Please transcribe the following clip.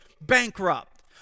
bankrupt